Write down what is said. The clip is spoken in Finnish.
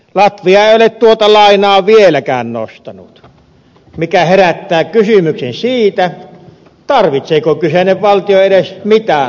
latvia ei ole tuota lainaa vieläkään nostanut mikä herättää kysymyksen siitä tarvitseeko kyseinen valtio edes mitään lainaa